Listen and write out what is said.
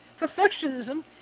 Perfectionism